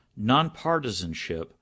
nonpartisanship